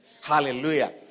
Hallelujah